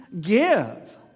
give